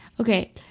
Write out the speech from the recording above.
okay